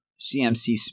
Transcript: CMC